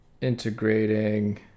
integrating